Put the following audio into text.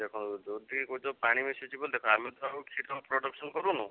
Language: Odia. ଦେଖନ୍ତୁ ଯଦି କହୁଛ ପାଣି ମିଶଉଛୁ ବୋଲି ଆମେ ତ ଆଉ କ୍ଷୀର ପ୍ରଡ଼କ୍ସନ୍ କରୁନୁ